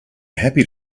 happy